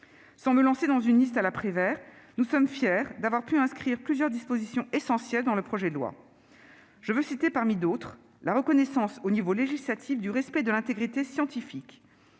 Sans me lancer dans une liste à la Prévert, nous sommes fiers d'avoir pu inscrire plusieurs dispositions essentielles dans le projet de loi. Je souhaite, à ce titre, évoquer la reconnaissance au niveau législatif du respect de l'intégrité scientifique.